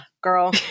girl